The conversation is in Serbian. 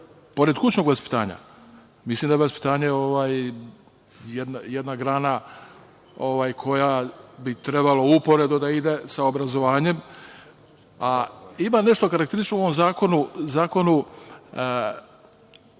pored kućnog vaspitanja, mislim da je vaspitanje jedna grana koja bi trebala uporedo da ide sa obrazovanjem, a ima nešto karakteristično u ovom zakonu. Recimo,